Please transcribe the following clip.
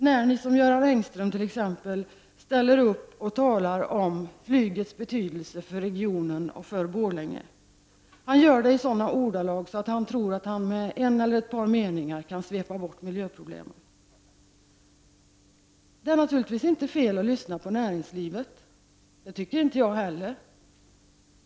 Göran Engström ställde t.ex. upp och talade om flygets betydelse för regionen och för Borlänge. Han gör det i sådana ordalag att han tror att han i en eller ett par meningar kan svepa bort miljöproblemen. Det är naturligtvis inte fel att lyssna på näringslivet — det tycker inte jag heller.